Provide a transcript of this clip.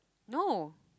no